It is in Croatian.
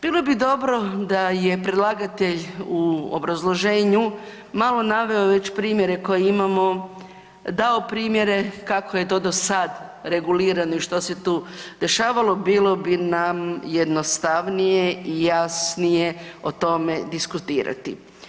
Bilo bi dobro da je predlagatelj u obrazloženju malo naveo već primjere koje imamo dao primjere kako je to do sad regulirano i što se to dešavalo bilo bi nam jednostavnije i jasnije o tome diskutirati.